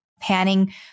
panning